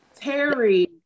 terry